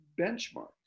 benchmark